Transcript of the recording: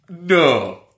No